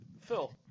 Phil